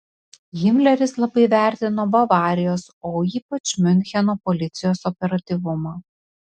himleris labai vertino bavarijos o ypač miuncheno policijos operatyvumą